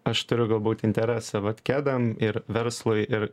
aš turiu galbūt interesą vat kedam ir verslui ir